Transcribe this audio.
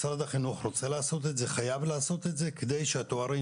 משרד החינוך רוצה וחייב לעשות את זה כדי שהתארים